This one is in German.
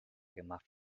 gemacht